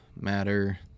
matter